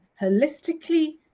holistically